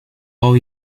all